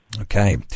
Okay